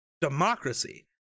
democracy